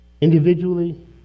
individually